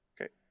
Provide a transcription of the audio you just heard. Okay